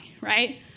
right